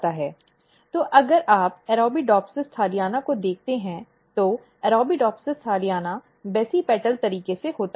तो अगर आप Arabidopsis thaliana को देखते हैं तो Arabidopsis thaliana बेसिपेटल तरीके से होता है